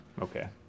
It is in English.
Okay